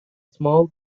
small